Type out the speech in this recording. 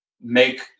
make